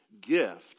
gift